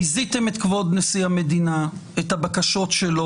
ביזיתם את כבוד נשיא המדינה, את הבקשות שלו.